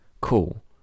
Cool